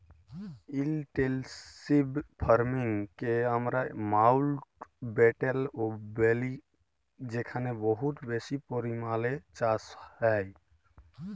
intensive farming কে আমরা মাউল্টব্যাটেল ও ব্যলি যেখালে বহুত বেশি পরিমালে চাষ হ্যয়